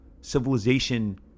civilization